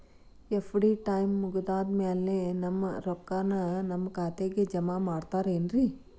FD time ಮುಗಿದಾದ್ ಮ್ಯಾಲೆ ನಮ್ ರೊಕ್ಕಾನ ನಮ್ ಖಾತೆಗೆ ಜಮಾ ಮಾಡ್ತೇರೆನ್ರಿ?